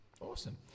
Awesome